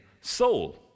soul